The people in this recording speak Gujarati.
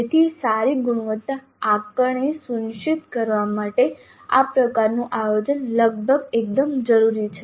તેથી સારી ગુણવત્તા આકારણી સુનિશ્ચિત કરવા માટે આ પ્રકારનું આયોજન લગભગ એકદમ જરૂરી છે